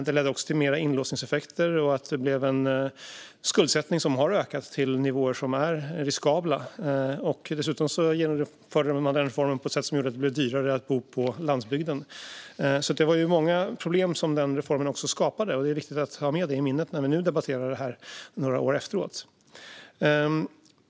Det ledde också till mer inlåsningseffekter och till skuldsättningar som har ökat till riskabla nivåer. Dessutom genomförde man en reform som gjorde att det blev dyrare att bo på landsbygden. Det var alltså många problem som den reformen skapade. Det är viktigt att ha det i minnet när vi nu debatterar det här några år efteråt.